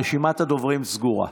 רשימת הדוברים סגורה.